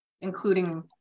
including